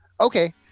Okay